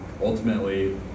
Ultimately